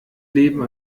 leben